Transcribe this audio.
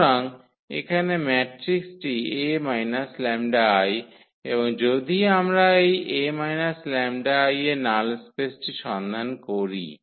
সুতরাং এখানে ম্যাট্রিক্সটি 𝐴 𝜆𝐼 এবং যদি আমরা এই 𝐴 𝜆𝐼 এর নাল স্পেসটির সন্ধান করি